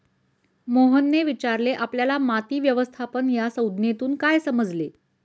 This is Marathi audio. मोहनने विचारले आपल्याला माती व्यवस्थापन या संज्ञेतून काय समजले?